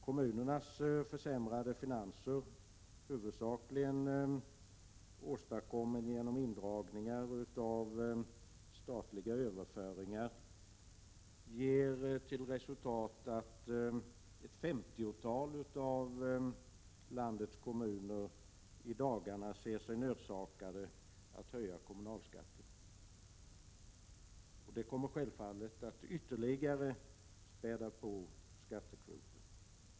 Kommunernas försämrade finanser, huvudsakligen åstadkomna genom indragningar av statliga överföringar, ger till resultat att ett femtiotal av landets kommuner i dagarna ser sig nödsakade att höja kommunalskatten. Det kommer självfallet att ytterligare öka skattekvoten.